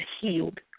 healed